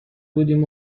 بودیم